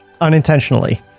Unintentionally